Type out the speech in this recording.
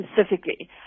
specifically